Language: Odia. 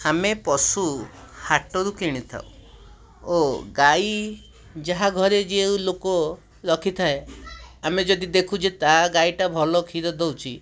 ଆମେ ପଶୁ ହାଟ ରୁ କିଣିଥାଉ ଓ ଗାଈ ଯାହା ଘରେ ଯେଉଁ ଲୋକ ରଖିଥାଏ ଆମେ ଯଦି ଦେଖୁ ଯେ ତା ଗାଈଟା ଭଲ କ୍ଷୀର ଦେଉଛି